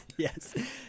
Yes